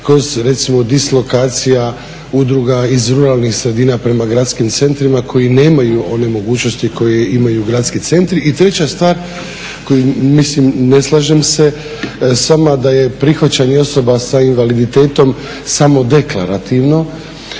recimo dislokacija udruga iz ruralnih sredina prema gradskim centrima koji nemaju one mogućnosti koje imaju gradski centri. I treća stvar, ne slažem se s vama da je prihvaćanje osoba s invaliditetom samo deklarativno